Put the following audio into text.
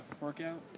workout